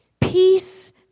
Peace